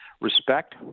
respect